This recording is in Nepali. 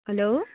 हेलो